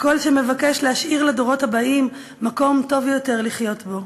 הקול שמבקש להשאיר לדורות הבאים מקום טוב יותר לחיות בו.